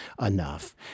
enough